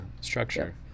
structure